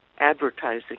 advertising